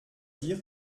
dire